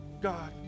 God